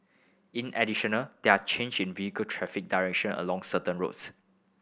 in additional there are change in vehicle traffic direction along certain roads